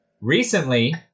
Recently